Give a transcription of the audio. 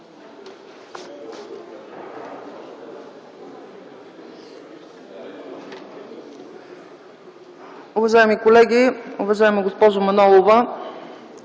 Благодаря.